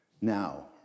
now